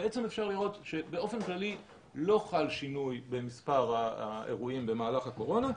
ואפשר לראות שבאופן כללי לא חל שינוי במספר האירועים במהלך הקורונה,